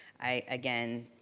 i, again,